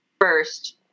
first